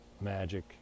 magic